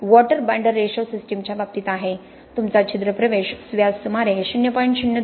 3 water binder ratio सिस्टमच्या बाबतीत आहे तुमचा छिद्र प्रवेश व्यास सुमारे 0